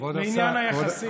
בעניין היחסים,